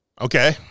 Okay